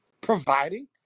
providing